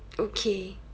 okay